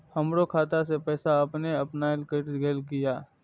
हमरो खाता से पैसा अपने अपनायल केट गेल किया?